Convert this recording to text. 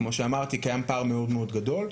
כי קיים פער מאוד מאוד גדול,